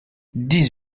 dix